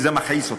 כי זה מכעיס אותי.